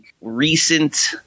recent